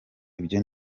ibyo